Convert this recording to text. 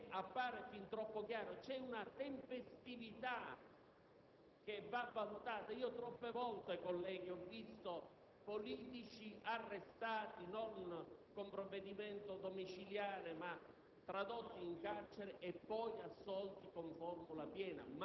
o ad alcuna parte della politica, che appare fin troppo chiaro. C'è una tempestività che va valutata. Troppe volte, colleghi, ho visto politici arrestati non con provvedimento domiciliare ma